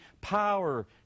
power